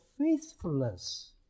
faithfulness